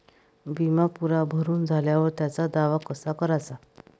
बिमा पुरा भरून झाल्यावर त्याचा दावा कसा कराचा?